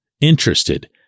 interested